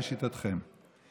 לשיטתכם.